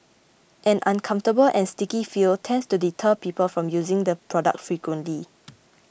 an uncomfortable and sticky feel tends to deter people from using the product frequently